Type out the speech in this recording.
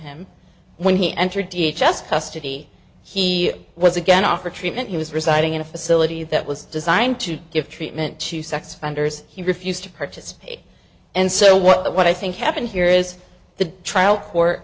him when he entered t h s custody he was again off for treatment he was residing in a facility that was designed to give treatment to sex offenders he refused to participate and so what i think happened here is the trial court